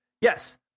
Yes